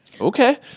Okay